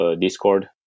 Discord